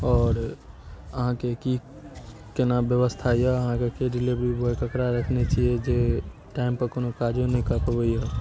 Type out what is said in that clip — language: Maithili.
आओर अहाँके की केना व्यवस्था यऽ अहाँके के डीलेवरी बॉय केना रखने केकरा रखने छियै जे टाइम पर कोनो काजो नहि कऽ पबैया